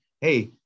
hey